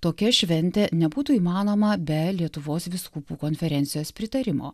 tokia šventė nebūtų įmanoma be lietuvos vyskupų konferencijos pritarimo